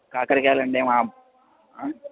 కాకరకాయలంటే మా